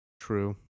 True